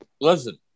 Listen